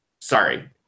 sorry